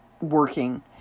working